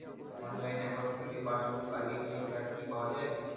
Online account খুললে passbook আর ATM card কি পাওয়া যায়?